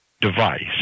device